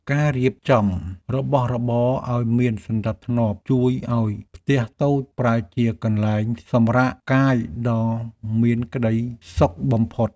ការរៀបចំរបស់របរឱ្យមានសណ្តាប់ធ្នាប់ជួយឱ្យផ្ទះតូចប្រែជាកន្លែងសម្រាកកាយដ៏មានក្តីសុខបំផុត។